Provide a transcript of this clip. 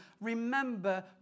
remember